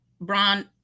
bron